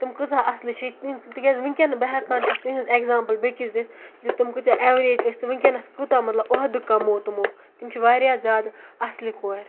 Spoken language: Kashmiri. تِم کۭژاہ اَصلہِ چھِ تِکیٛازِ وٕنۍکٮ۪ن بہٕ ہٮ۪کان چھَس تِہِنٛز اٮ۪گزامپٕل بیٚکِس دِتھ زِ تِم کۭژاہ اٮ۪وریج ٲسۍ تہٕ وٕنۍکٮ۪نَس کوٗتاہ مطلب عہدٕ کموو تِمو تِم چھِ واریاہ زیادٕ اَصلہِ کورِ